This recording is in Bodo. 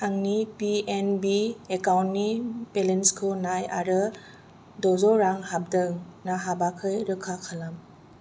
आंनि पिएनबि एकाउन्ट नि बेलेन्स खौ नाय आरो द'जौ रां हाबदों ना हाबाखै रोखा खालाम